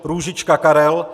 Růžička Karel